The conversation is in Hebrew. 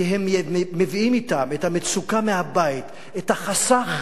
כי הם מביאים אתם את המצוקה מהבית, את החסך,